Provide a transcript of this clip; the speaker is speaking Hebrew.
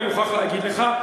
אני מוכרח להגיד לך,